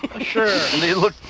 Sure